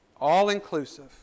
All-inclusive